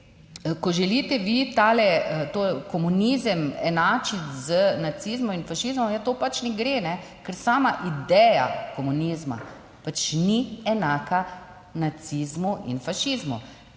ko želite vi to komunizem enačiti z nacizmom in fašizmom, je to pač ne gre, ker sama ideja komunizma pač ni enaka nacizmu in fašizmu